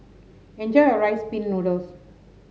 enjoy your Rice Pin Noodles